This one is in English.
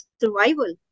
survival